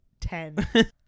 Ten